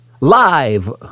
Live